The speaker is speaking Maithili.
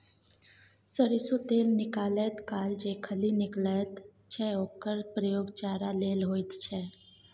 सरिसों तेल निकालैत काल जे खली निकलैत छै ओकर प्रयोग चारा लेल होइत छै